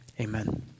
amen